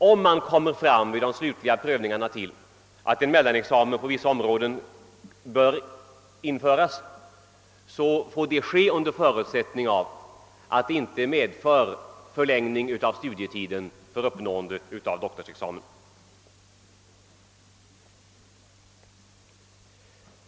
Om man vid den slutliga prövningen finner att en mellanexamen på vissa områden bör införas, bör det ske endast under förutsättning att det inte medför en förlängning av studietiden för doktorsexamen.